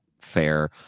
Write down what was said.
fair